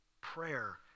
Prayer